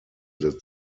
der